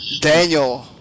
Daniel